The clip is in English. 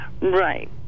right